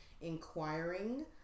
inquiring